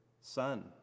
Son